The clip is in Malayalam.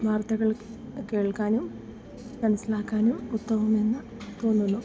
വാർത്തകൾ കേൾക്കാനും മനസിലാക്കാനും ഉത്തമമെന്ന് തോന്നുന്നു